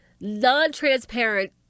non-transparent